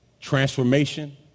Transformation